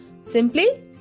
Simply